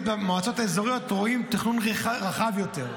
במועצות האזוריות רואה תכנון רחב יותר.